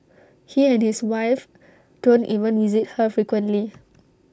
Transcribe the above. he and his wife don't even visit her frequently